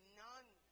none